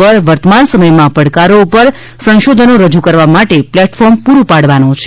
પર વર્તમાન સમયમાં પડકારો પર સંશોધનો રજૂ કરવા માટે પ્લેટફોર્મ પુરું પાડવાનો છે